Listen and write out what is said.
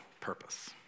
purpose